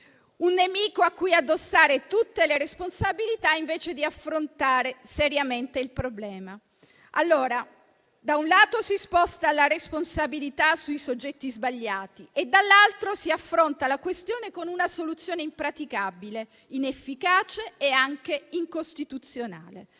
un nemico a cui addossare tutte le responsabilità, invece di affrontare seriamente il problema. Allora, da un lato si sposta la responsabilità sui soggetti sbagliati, dall'altro si affronta la questione con una soluzione impraticabile, inefficace e anche incostituzionale.